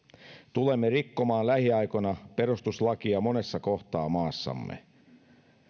tulemme lähiaikoina rikkomaan perustuslakia monessa kohtaa maassamme